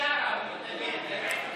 למיארה הוא מתנגד,